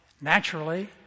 Naturally